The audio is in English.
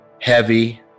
heavy